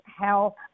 health